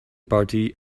party